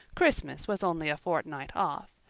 christmas was only a fortnight off.